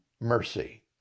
mercy